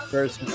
first